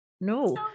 no